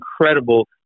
incredible